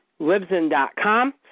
Libsyn.com